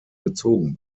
gezogen